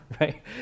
right